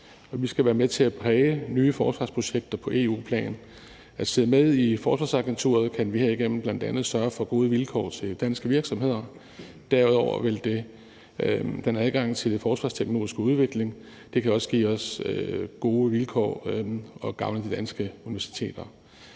Vi skal også være med til at præge nye forsvarsprojekter på EU-plan. Ved at sidde med i Forsvarsagenturet kan vi herigennem bl.a. sørge for gode vilkår for danske virksomheder, og derudover vil det give adgang til den forsvarsteknologiske udvikling, og det kan også give os gode vilkår og gavne de danske universiteter.